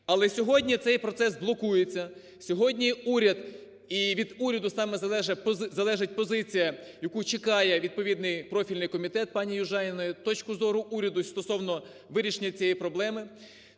Але сьогодні цей процес блокується, сьогодні уряд, і від уряду саме залежить позиція, яку чекає відповідний профільний комітет пані Южаніної, точку зору уряду стосовно вирішення цієї проблеми,